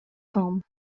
home